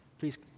Please